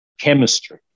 Chemistry